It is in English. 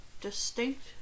distinct